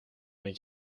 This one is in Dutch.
met